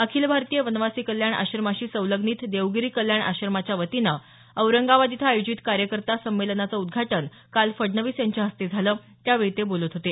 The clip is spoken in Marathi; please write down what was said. अखिल भारतीय वनवासी कल्याण आश्रमाशी संलग्नित देवगिरी कल्याण आश्रमाच्या वतीनं औरंगाबाद इथं आयोजित कार्यकर्ता संमेलनाचं उद्घाटन काल फडवणीस यांच्या हस्ते झालं त्यावेळी ते बोलत होते